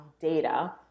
data